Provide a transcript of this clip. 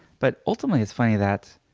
but ultimately, it's funny that